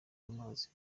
amazi